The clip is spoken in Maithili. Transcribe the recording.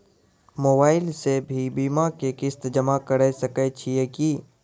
मोबाइल से भी बीमा के किस्त जमा करै सकैय छियै कि?